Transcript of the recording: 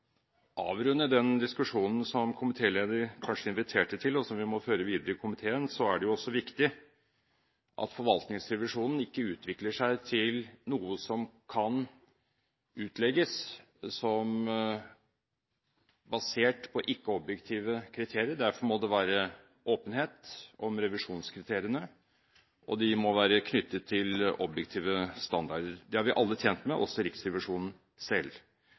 avrunde den diskusjonen som komitélederen kanskje inviterte til, og som vi må føre videre i komiteen: Det er også viktig at forvaltningsrevisjonen ikke utvikler seg til noe som kan utlegges som basert på ikke-objektive kriterier. Derfor må det være åpenhet om revisjonskriteriene, og de må være knyttet til objektive standarder. Det er vi alle tjent med, også Riksrevisjonen selv.